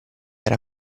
era